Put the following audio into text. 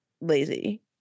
lazy